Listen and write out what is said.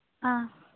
ꯑꯥ